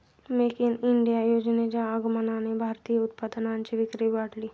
make in India योजनेच्या आगमनाने भारतीय उत्पादनांची विक्री वाढली